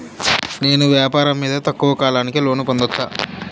నేను వ్యాపారం మీద తక్కువ కాలానికి లోను పొందొచ్చా?